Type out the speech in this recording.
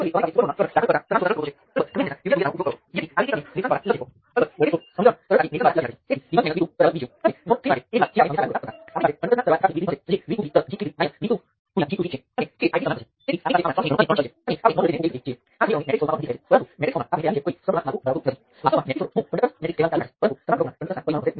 મારી પાસે ત્રણ અજ્ઞાત સાથે ત્રણ સમીકરણો છે અજ્ઞાત નોડ વોલ્ટેજ અને હું નોડ વોલ્ટેજ મેળવવા માટે તેને ઉકેલી શકું છું અને પછી સર્કિટમાં બીજું બધું છે